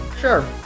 Sure